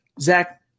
Zach